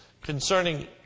concerning